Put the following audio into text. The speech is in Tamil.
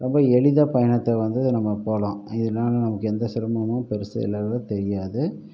ரொம்ப எளிதாக பயணத்தை வந்து நம்ம போகலாம் இதனால் நமக்கு எந்த சிரமமும் பெருசாக இல்லாததாக தெரியாது